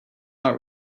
not